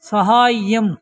सहायम्